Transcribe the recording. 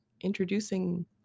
introducing